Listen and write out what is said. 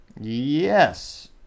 Yes